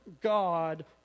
God